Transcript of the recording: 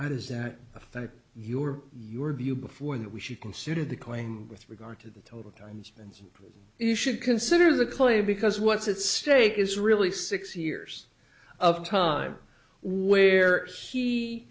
how does that affect your your view before that we should consider the claim with regard to the total time spend so you should consider the claim because what's at stake is really six years of time where he